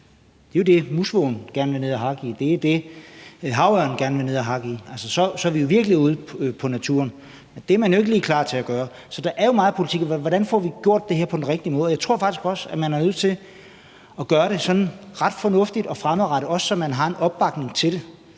det er jo det, som musvågen gerne vil ned og hakke i, og det er det, som havørnen gerne vil ned og hakke i, og så er vi jo virkelig ude i naturen. Men det er man jo ikke lige klar til at gøre. Så der er jo meget politik i det, og hvordan får vi gjort det her på den rigtige måde? Jeg tror faktisk også, at man er nødt til at gøre det sådan ret fornuftigt og fremadrettet, og så man også har en opbakning til det.